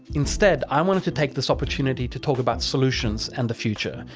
instead, i wanted to take this opportunity to talk about solutions and the future,